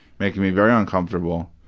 making me very uncomfortable.